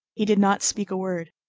he did not speak a word.